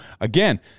again